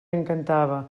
encantava